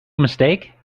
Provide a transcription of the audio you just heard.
mistake